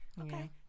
Okay